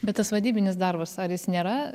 bet tas vadybinis darbas ar jis nėra